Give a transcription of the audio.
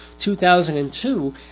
2002